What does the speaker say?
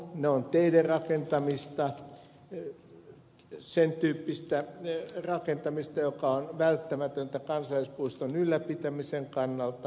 ne ovat teiden rakentamista sen tyyppistä rakentamista joka on välttämätöntä kansallispuiston ylläpitämisen kannalta